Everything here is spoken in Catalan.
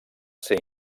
ser